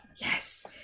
yes